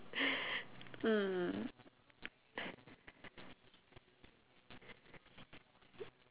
mm